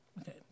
Okay